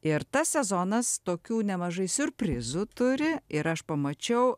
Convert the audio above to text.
ir tas sezonas tokių nemažai siurprizų turi ir aš pamačiau